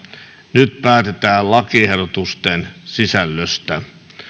nyt päätetään lakiehdotusten sisällöstä